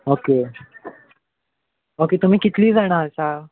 okay okay तुमी कितलीं जाणां आसा